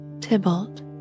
Tybalt